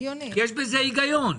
כי יש בזה היגיון,